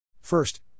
First